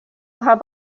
have